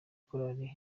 korari